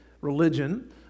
religion